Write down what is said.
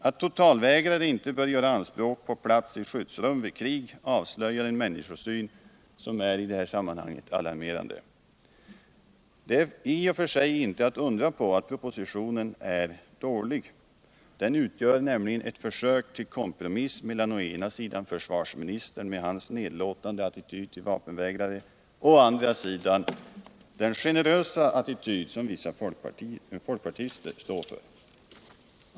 Att totalvägrare inte bör göra anspråk på plats i skyddsrum vid krig avslöjar en människosyn som i det här sammanhanget är alarmerande. Det är i och för sig inte att undra på att propositionen är dålig. Den utgör nämligen ett försök till kompromiss mellan å ena sidan försvarsministern med hans nedlåtande attityd till vapenvägrare och å andra sidan den generösa attityd som vissa folkpartister står för.